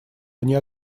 они